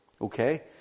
Okay